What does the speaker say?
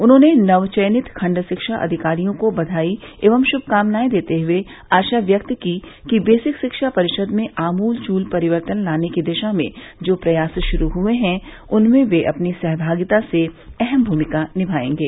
उन्होंने नवचयनित खण्ड शिक्षा अधिकारियों को बधाई एवं शुभकामनाएं देते हुए आशा व्यक्त की कि बेसिक शिक्षा परिषद में आमूलचूल परिवर्तन लाने की दिशा में जो प्रयास शुरू हुए हैं उनमें वे अपनी सहभागिता से अहम भूमिका निभाएंगे